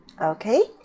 okay